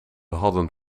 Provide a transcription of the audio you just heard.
hadden